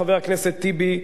חבר הכנסת טיבי,